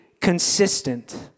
consistent